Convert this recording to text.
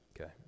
Okay